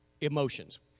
emotions